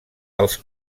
els